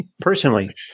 Personally